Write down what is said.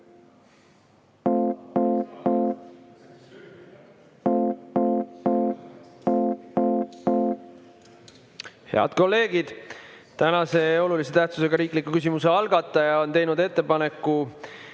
Head kolleegid, tänase olulise tähtsusega riikliku küsimuse algataja on teinud ettepaneku